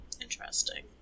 Interesting